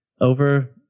over